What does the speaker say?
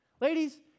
Ladies